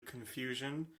confusion